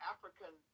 African